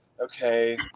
okay